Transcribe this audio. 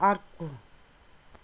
अर्को